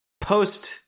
post